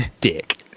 dick